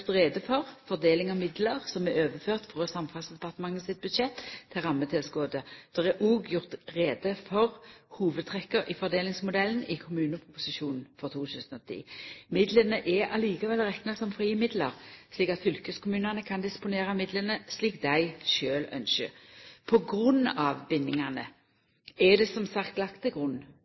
for fordeling av midlar som er overførte frå Samferdselsdepartementet sitt budsjett til rammetilskotet. Det er òg gjort greie for hovudtrekka i fordelingsmodellen i kommuneproposisjonen for 2010. Midlane er likevel å rekna som frie midlar, slik at fylkeskommunane kan disponera midlane slik dei sjølve ynskjer. På grunn av bindingane er det som sagt lagt til grunn